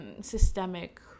systemic